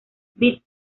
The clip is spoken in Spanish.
bits